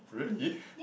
really